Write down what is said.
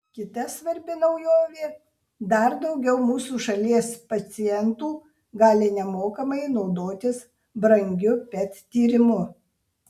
kita svarbi naujovė dar daugiau mūsų šalies pacientų gali nemokamai naudotis brangiu pet tyrimu